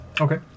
Okay